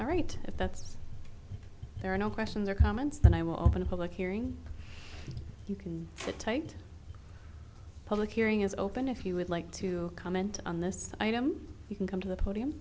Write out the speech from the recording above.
all right if that's there are no questions or comments then i will open a public hearing you can sit tight public hearing is open if you would like to comment on this item you can come to the podium